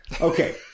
Okay